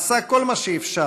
עשה כל מה שאפשר,